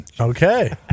Okay